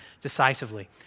decisively